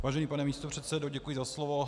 Vážený pane místopředsedo, děkuji za slovo.